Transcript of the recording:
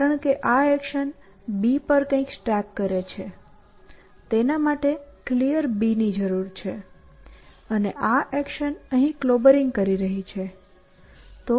કારણ કે આ એક્શન B પર કંઈક સ્ટેક કરે છે તેના માટે Clear ની જરૂર છે અને આ એક્શન અહીં ક્લોબરિંગ કરી રહી છે